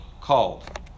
called